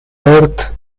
earth